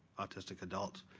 autistic adults,